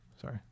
Sorry